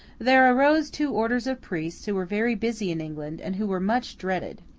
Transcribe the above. there arose two orders of priests, who were very busy in england, and who were much dreaded.